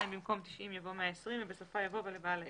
במקום "90" יבוא "120" ובסופה יבוא "ולבעל העסק.